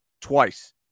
twice